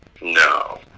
No